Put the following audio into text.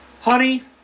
Honey